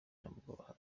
nabwo